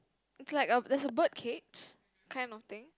it's like a there's a bird cage kind of thing